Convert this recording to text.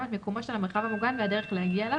את מיקומו של המרחב המוגן והדרך להגיע אליו,